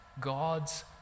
God's